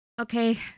Okay